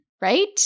right